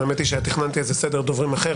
מודיע על סדר הדוברים.